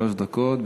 שלוש דקות.